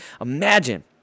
imagine